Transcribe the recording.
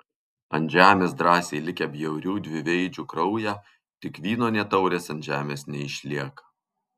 ant žemės drąsiai likę bjaurių dviveidžių kraują tik vyno nė taurės ant žemės neišliek